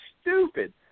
Stupid